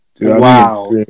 Wow